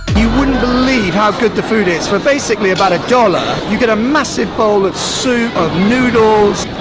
you wouldn't believe how good the food is. for basically about a dollar, you get a massive bowl of soup, of noodles.